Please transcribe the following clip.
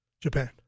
Japan